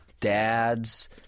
dad's